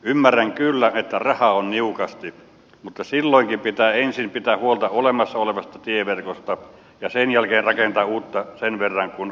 ymmärrän kyllä että rahaa on niukasti mutta silloinkin pitää ensin pitää huolta olemassa olevasta tieverkosta ja sen jälkeen rakentaa uutta sen verran kuin rahaa liikenee